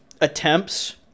attempts